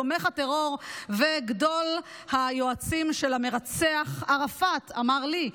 תומך הטרור וגדול היועצים של המרצח ערפאת אמר לי,